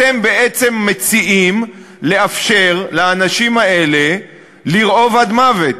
אתם בעצם מציעים לאפשר לאנשים האלה לרעוב עד מוות.